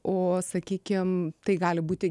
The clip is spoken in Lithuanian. o sakykim tai gali būti